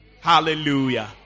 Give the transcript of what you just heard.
Hallelujah